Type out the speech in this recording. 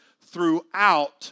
throughout